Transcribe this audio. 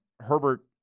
Herbert